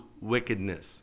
wickedness